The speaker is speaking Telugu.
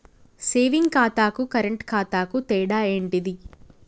సేవింగ్ ఖాతాకు కరెంట్ ఖాతాకు తేడా ఏంటిది?